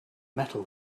metal